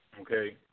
okay